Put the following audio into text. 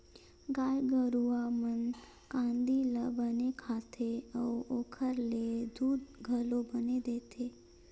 गाय गरूवा मन कांदी ल बने खाथे अउ ओखर ले दूद घलो बने देथे